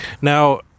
Now